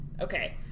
Okay